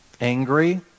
angry